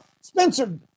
Spencer